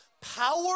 Power